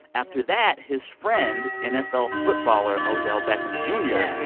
after that, his friend, nfl footballer odell beckham jr, and yeah